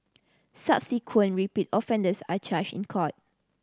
subsequent repeat offenders are charged in court